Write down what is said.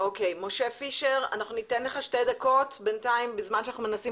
של קרקע משלימה כמנוף